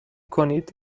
کنید